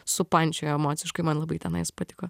supančiojo emociškai man labai tenais patiko